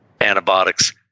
antibiotics